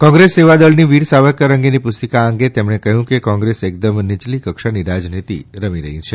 કોંગ્રેસ સેવા દળની વીર સાવરકર અંગેની પુસ્તિકા અંગે તેમણે કહ્યું કે કોંગ્રેસ એકદમ નીચલીકક્ષાની રાજનીતિ રમી રહી છે